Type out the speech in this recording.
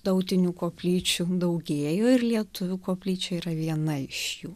tautinių koplyčių daugėjo ir lietuvių koplyčia yra viena iš jų